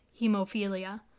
Hemophilia